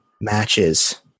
matches